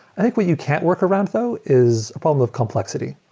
i think what you can't work around though is a problem of complexity.